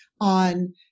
on